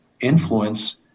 influence